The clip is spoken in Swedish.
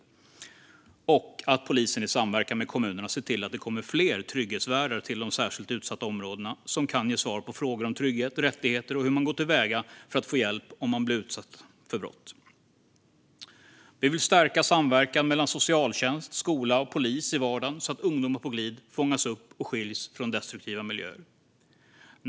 Dessutom ska polisen i samverkan med kommunerna kunna se till att det kommer fler trygghetsvärdar till de särskilt utsatta områdena som kan ge svar på frågor om trygghet, rättigheter och hur man går till väga för att få hjälp om man blir utsatt för brott. Vi vill stärka samverkan mellan socialtjänst, skola och polis i vardagen så att ungdomar på glid fångas upp och skiljs från destruktiva miljöer.